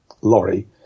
lorry